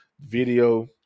video